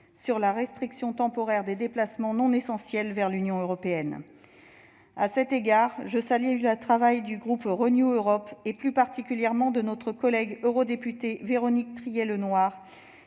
de la restriction temporaire des déplacements non essentiels vers l'Union européenne. À cet égard, je salue le travail du groupe Renew Europe, et plus particulièrement celui de notre collègue eurodéputée Véronique Trillet-Lenoir,